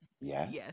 yes